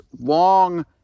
long